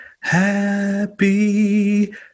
Happy